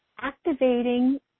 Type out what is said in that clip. activating